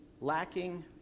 lacking